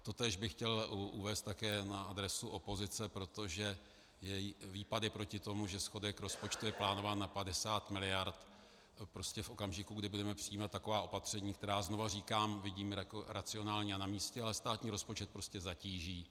Totéž bych chtěl uvést také na adresu opozice, protože její výpady proti tomu, že schodek rozpočtu je plánován na 50 miliard, to prostě v okamžiku, kdy budeme přijímat taková opatření, která, znovu říkám, vidím jako racionální a namístě, ale státní rozpočet prostě zatíží.